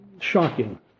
Shocking